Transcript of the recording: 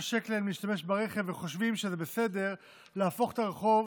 מתחשק להם להשתמש ברכב וחושבים שזה בסדר להפוך את הרחוב